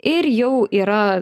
ir jau yra